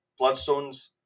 bloodstones